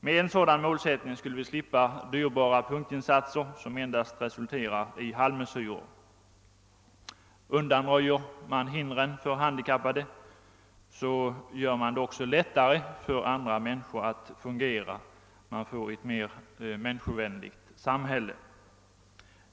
Med en sådan målsättning skulle vi slippa dyrbara punktinsatser som endast resulterar i halvmesyrer. Undanröjer man hindren för handikappade gör man det också lättare för andra människor att fungera. Man får ett mer människovänligt samhälle.